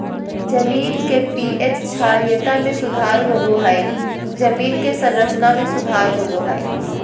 जमीन के पी.एच क्षारीयता में सुधार होबो हइ जमीन के संरचना में सुधार होबो हइ